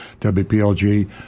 WPLG